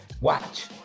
Watch